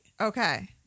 Okay